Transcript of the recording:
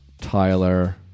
Tyler